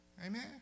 Amen